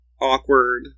awkward